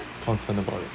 concern about it